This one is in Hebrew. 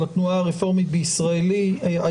של התנועה הרפורמית הישראלית,